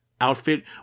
outfit